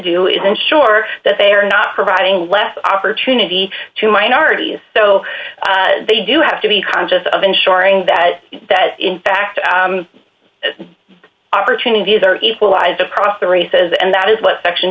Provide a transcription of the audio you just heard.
do is ensure that they are not providing less opportunity to minorities so they do have to be conscious of ensuring that that in fact opportunities are equalized across the races and that is what section